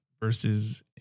versus